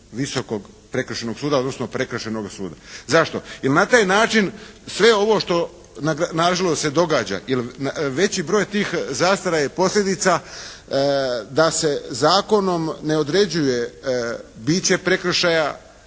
Visokog prekršajnog suda, odnosno Prekršajnog suda. Zašto? Jer na taj način sve ovo što na žalost se događa, jer veći broj tih zastara je posljedica da se zakonom ne određuje biće prekršaja